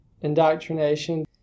indoctrination